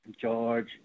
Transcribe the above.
George